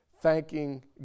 thanking